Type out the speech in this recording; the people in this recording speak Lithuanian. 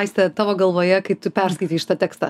aiste tavo galvoje kai tu perskaitei šitą tekstą